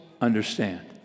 understand